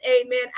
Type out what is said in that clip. amen